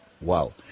Wow